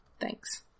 thanks